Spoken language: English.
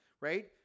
right